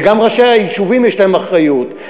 וגם ראשי היישובים יש להם אחריות,